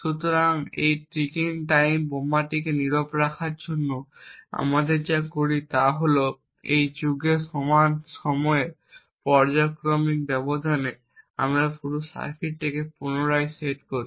সুতরাং এই ticking time বোমাটিকে নীরব করার জন্য আমরা যা করি তা হল একটি যুগের সমান সময়ের পর্যায়ক্রমিক ব্যবধানে আমরা পুরো সার্কিটটিকে পুনরায় সেট করি